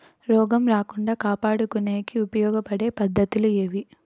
రోగం రాకుండా కాపాడుకునేకి ఉపయోగపడే పద్ధతులు ఏవి?